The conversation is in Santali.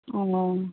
ᱚ